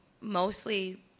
mostly